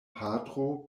patro